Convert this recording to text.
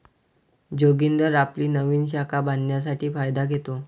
जोगिंदर आपली नवीन शाखा बांधण्यासाठी फायदा घेतो